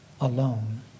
alone